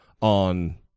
on